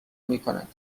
میکند